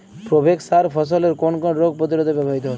Provex সার ফসলের কোন কোন রোগ প্রতিরোধে ব্যবহৃত হয়?